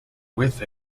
with